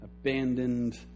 abandoned